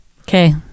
Okay